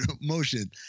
motion